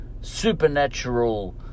supernatural